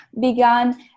began